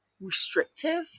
restrictive